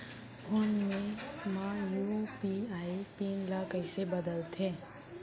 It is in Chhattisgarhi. फोन पे म यू.पी.आई पिन ल कइसे बदलथे?